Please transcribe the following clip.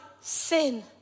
sin